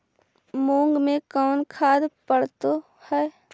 मुंग मे कोन खाद पड़तै है?